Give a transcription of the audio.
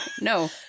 no